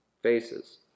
faces